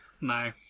No